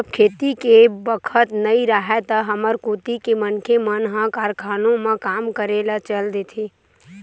जब खेती के बखत नइ राहय त हमर कोती के मनखे मन ह कारखानों म काम करे ल चल देथे